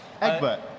Egbert